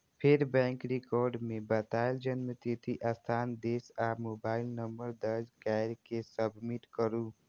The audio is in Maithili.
फेर बैंक रिकॉर्ड मे बतायल जन्मतिथि, स्थान, देश आ मोबाइल नंबर दर्ज कैर के सबमिट करू